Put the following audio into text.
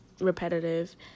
Repetitive